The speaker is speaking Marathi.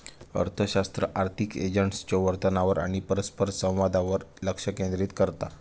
अर्थशास्त्र आर्थिक एजंट्सच्यो वर्तनावर आणि परस्परसंवादावर लक्ष केंद्रित करता